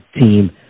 team